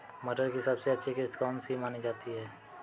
मटर की सबसे अच्छी किश्त कौन सी मानी जाती है?